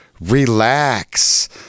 relax